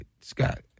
Scott